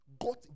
got